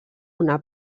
una